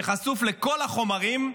שחשוף לכל החומרים,